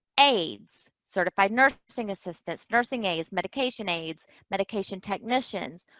aides, certified nursing assistants, nursing aides, medication aides, medication technicians,